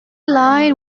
line